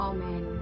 Amen